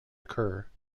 occur